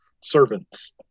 servants